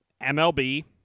MLB